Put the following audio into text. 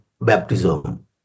baptism